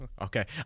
Okay